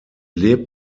lebt